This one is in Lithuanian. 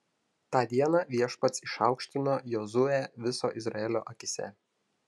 tą dieną viešpats išaukštino jozuę viso izraelio akyse